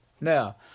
Now